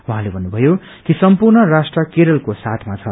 उहाँले भन्नभयो कि सम्पूर्ण राष्ट्र केरलको साथमा छ